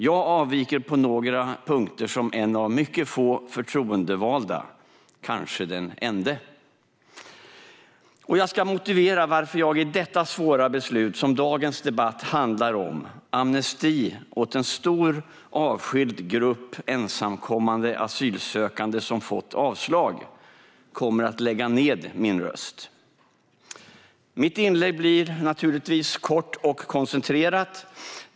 Jag avviker på några punkter som en av mycket få förtroendevalda, kanske den ende. Jag ska motivera varför jag i detta svåra beslut som dagens debatt handlar om, amnesti åt en stor avskild grupp ensamkommande asylsökande som fått avslag, kommer att lägga ned min röst. Mitt inlägg blir naturligtvis kort och koncentrerat.